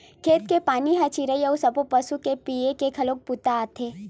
खेत के पानी ह चिरई अउ सब्बो पसु के पीए के घलोक बूता आथे